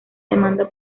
demanda